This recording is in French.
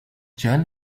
john